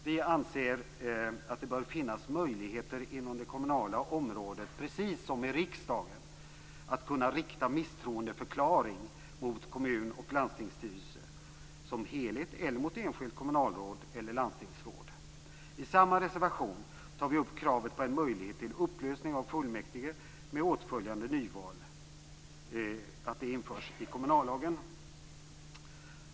Vi anser att det bör finnas möjligheter inom det kommunala området, precis som i riksdagen, att kunna rikta misstroendeförklaring mot kommun och landstingsstyrelse som helhet eller mot enskilt kommunalråd eller landstingsråd. I samma reservation tar vi upp kravet på att en möjlighet till upplösning av fullmäktige med åtföljande nyval införs i kommunallagen.